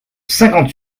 cinquante